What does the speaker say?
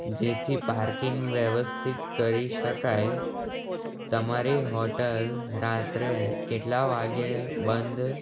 જેથી પાર્કિંગ વ્યવસ્થિત કરી શકાય તમારી હોટલ રાત્રે કેટલા વાગે બંધ